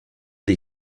des